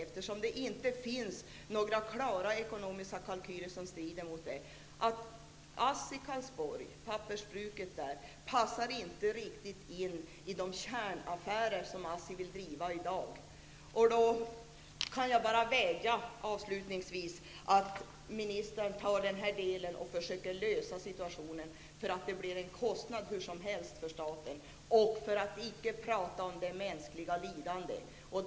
Eftersom det inte finns några klara ekonomiska kalkyler som strider mot det, tror jag att ASSIs pappersbruk i Karlsborg inte riktigt passar in i de kärnaffärer som ASSI vill driva i dag. Jag kan bara vädja till ministern att han försöker lösa situationen i den här delen. Hur som helst blir det en kostnad för staten, för att inte prata om det mänskliga lidandet.